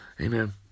Amen